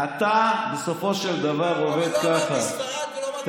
לא אמרתי ספרד ולא אמרתי איטליה.